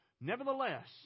Nevertheless